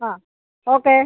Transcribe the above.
അ okay